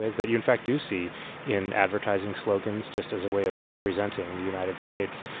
that you in fact do see in advertising slogans just as a way of representing the united states.